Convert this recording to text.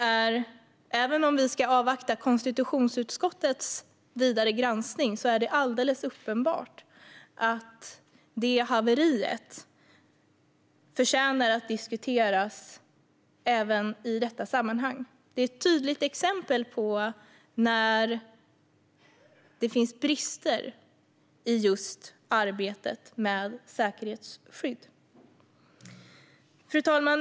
Även om vi ska avvakta konstitutionsutskottets vidare granskning är det alldeles uppenbart att det haveriet förtjänar att diskuteras även i detta sammanhang. Det är ett tydligt exempel på när det finns brister i just arbetet med säkerhetsskydd. Fru talman!